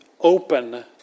open